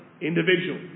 individual